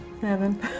Seven